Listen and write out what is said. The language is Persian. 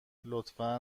لطفا